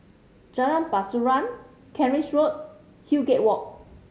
Jalan Pasiran Kent Ridge Road Highgate Walk